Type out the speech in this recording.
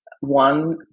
one